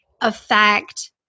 affect